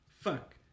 Fuck